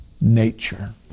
nature